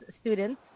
students